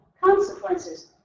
consequences